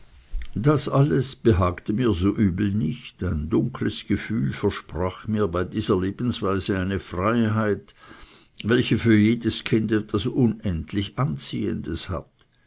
das alles behagte mir so übel nicht ein dunkles gefühl versprach mir bei dieser lebensweise eine freiheit welche für jedes kind etwas unendlich anziehendes hat